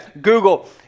Google